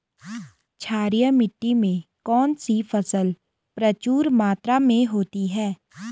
क्षारीय मिट्टी में कौन सी फसल प्रचुर मात्रा में होती है?